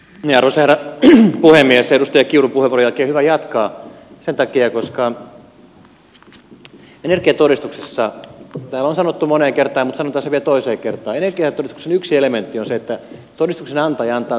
edustaja kirun puheenvuoron jälkeen on hyvä jatkaa sen takia koska täällä on sanottu se moneen kertaan mutta sanotaan se vielä toiseen kertaan energiatodistuksen yksi elementti on se että todistuksen antaja antaa suosituksia kiinteistön omistajalle